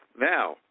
Now